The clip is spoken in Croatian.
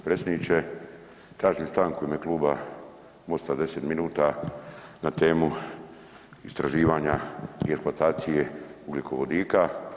Predsjedniče, tražim stanku u ime Kluba MOST-a od 10 minuta na temu istraživanja i eksploatacije ugljikovodika.